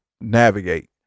navigate